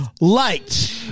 Light